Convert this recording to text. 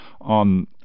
on